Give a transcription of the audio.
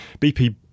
BP